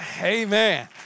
amen